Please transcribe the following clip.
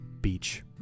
Beach